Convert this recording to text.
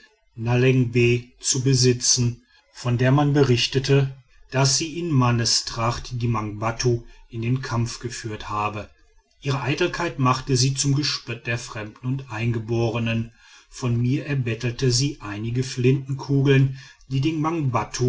zu besitzen von der man berichtete daß sie in mannestracht die mangbattu in den kampf geführt habe ihre eitelkeit machte sie zum gespött der fremden und eingeborenen von mir erbettelte sie einige flintenkugeln die den